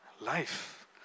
life